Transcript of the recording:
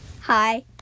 hi